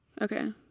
okay